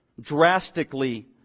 drastically